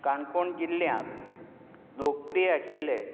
काणकोण जिल्ल्यांत लोकप्रीय आशिल्ले